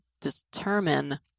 determine